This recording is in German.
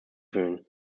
fühlen